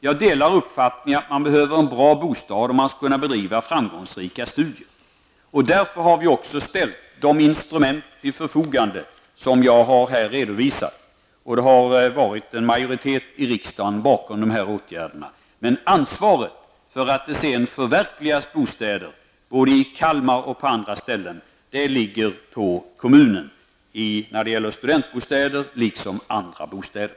Jag delar uppfattningen att man behöver en bra bostad om man skall kunna bedriva framgångsrika studier. Därför har vi ställt de instrument till förfogande som jag här har redovisat. En majoritet i riksdagen har stått bakom dessa åtgärder. Ansvaret för att bostäder förverkligas, såväl i Kalmar som på andra orter, ligger på kommunen när det gäller studentbostäder liksom andra bostäder.